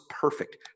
perfect